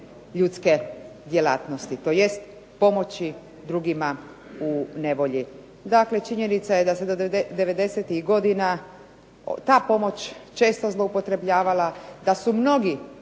ljudske djelatnosti tj. Pomoći drugima u nevolji. Dakle, činjenica je da se do 90-tih godina ta pomoć često zloupotrebljavala da su mnogi